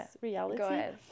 reality